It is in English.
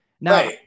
Now